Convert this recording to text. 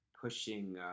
pushing